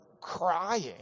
crying